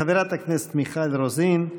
חברת הכנסת מיכל רוזין.